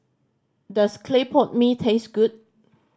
does clay pot mee taste good